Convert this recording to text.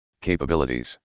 capabilities